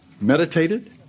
meditated